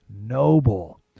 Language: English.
noble